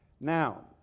Now